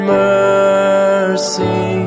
mercy